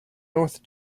north